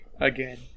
again